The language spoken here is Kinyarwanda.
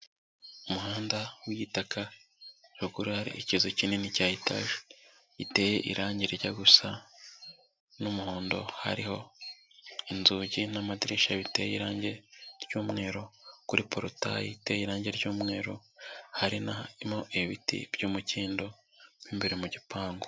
Umuhanda w'igitaka, ruguru hari ikizu kinini cya etaje, giteye irangi rijya gusa n'umuhondo, hariho inzugi n'amadirishya biteye irangi ry'umweru, kuri porotayi iteye irangi ry'umweru, hari n'ibiti byumukindo mu imbere mu gipangu.